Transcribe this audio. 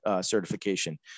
certification